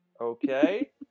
okay